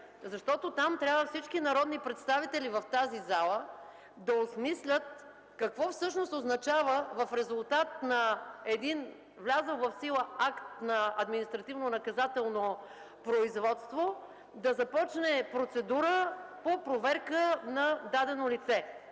проект. Там всички народни представители в тази зала трябва да осмислят какво всъщност означава в резултат на един влязъл в сила акт на административнонаказателно производство да започне процедура по проверка на дадено лице